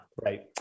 right